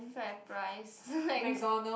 FairPrice